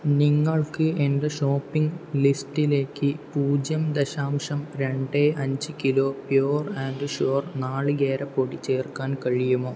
നിങ്ങൾക്ക് എന്റെ ഷോപ്പിംഗ് ലിസ്റ്റിലേക്ക് പൂജ്യം ദശാശം രണ്ട് അഞ്ച് കിലോ പ്യുർ ആൻഡ് ഷ്യൂർ നാളികേര പൊടി ചേർക്കാൻ കഴിയുമോ